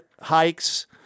hikes